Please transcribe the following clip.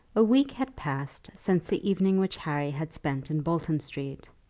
a week had passed since the evening which harry had spent in bolton street,